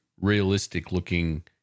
realistic-looking